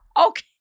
Okay